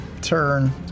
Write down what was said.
turn